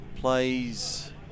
plays